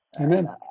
Amen